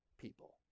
people